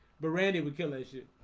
but randy we kill a shit